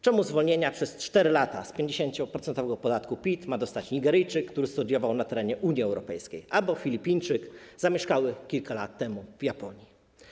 Czemu zwolnienie przez 4 lata z 50-procentowego podatku PIT ma dostać Nigeryjczyk, który studiował na terenie Unii Europejskiej, albo Filipińczyk mieszkający kilka lat temu w Japonii?